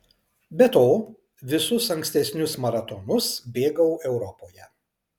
be to visus ankstesnius maratonus bėgau europoje